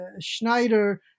Schneider